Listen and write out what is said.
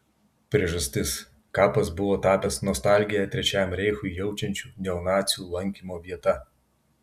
priežastis kapas buvo tapęs nostalgiją trečiajam reichui jaučiančių neonacių lankymo vieta